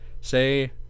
say